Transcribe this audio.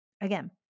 again